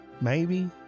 Maybe